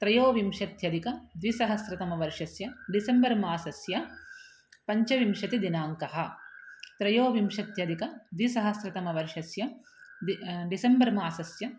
त्रयोविंशत्यधिकद्विसहस्रतमवर्षस्य डिसेम्बर् मासस्य पञ्चविंशतिदिनाङ्कः त्रयोविंशत्यधिकद्विसहस्रतमवर्षस्य दि डिसेम्बर् मासस्य